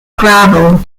gravel